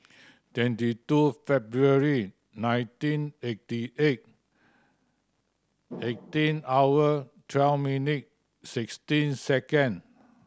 twenty two February nineteen eighty eight eighteen hour twelve minute sixteen second